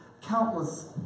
Countless